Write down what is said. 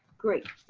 great.